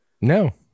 No